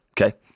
okay